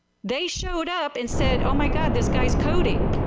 they showed up and said oh, my god this guy coding.